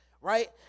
right